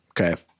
okay